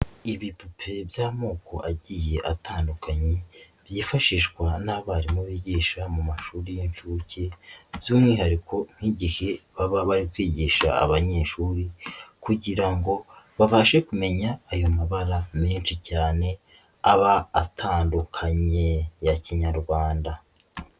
Ibipupe by'amoko agiye atandukanye byifashishwa n'abarimu bigisha mu mashuri y'inshuke, by'umwihariko nk'igihe baba bari kwigisha abanyeshuri kugira ngo babashe kumenya ayo mabara menshi cyane aba atandukanye ya kinyarwanda.